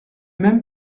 même